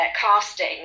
casting